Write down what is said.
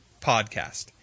podcast